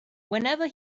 whenever